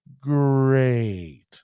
Great